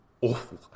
awful